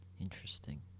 Interesting